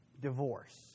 divorce